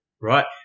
Right